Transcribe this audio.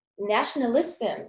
Nationalism